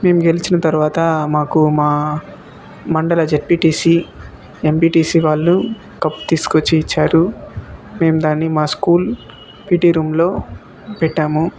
మేము గెలిచిన తర్వాత మాకు మా మండల జెడ్పీటీసీ ఎంపీటీసీ వాళ్ళు కప్ తీసుకొచ్చి ఇచ్చారు మేం దాన్ని మా స్కూల్ పీటీ రూంలో పెట్టాము